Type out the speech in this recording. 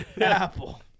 Apple